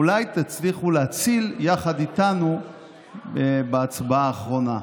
אולי תצליחו להציל יחד איתנו בהצבעה האחרונה.